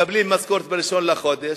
מקבלים משכורת ב-1 בחודש,